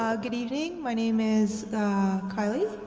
ah good evening, my name is carly,